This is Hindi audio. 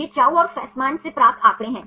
ये चाउ और फ़स्मान से प्राप्त आंकड़े हैं